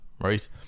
right